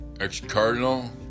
ex-Cardinal